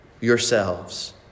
yourselves